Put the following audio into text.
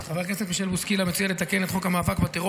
חבר הכנסת מישל בוסקילה מציע לתקן את חוק המאבק בטרור